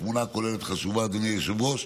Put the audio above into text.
התמונה הכוללת חשובה, אדוני היושב-ראש,